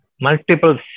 multiple